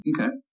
Okay